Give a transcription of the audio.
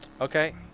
Okay